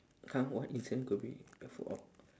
!huh! what incident could be avoi~